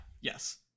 yes